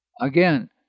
Again